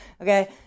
okay